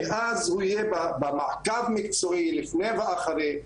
ואז הוא יהיה במעקב מקצועי לפני ואחרי הניתוח.